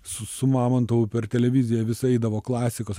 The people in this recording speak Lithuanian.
su su mamontovu per televiziją visa eidavo klasikos